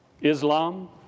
Islam